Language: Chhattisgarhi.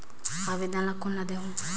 आवेदन ला कोन ला देहुं?